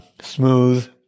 Smooth